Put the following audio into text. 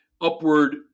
upward